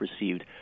received